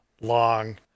long